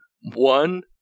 One